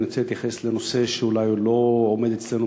ואני רוצה להתייחס לנושא שאולי לא עומד אצלנו